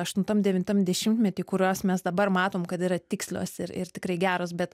aštuntam devintam dešimtmety kurios mes dabar matom kad yra tikslios ir ir tikrai geros bet